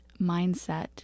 mindset